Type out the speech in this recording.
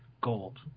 gold